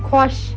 خۄش